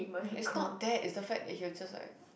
um it's not that is the fact that he'll just like